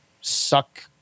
suck